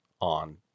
on